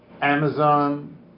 Amazon